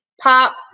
Pop